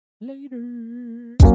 Later